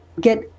get